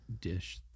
dish